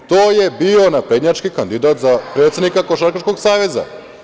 To je bio naprednjački kandidat za predsednika Košarkaškog saveza.